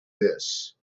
this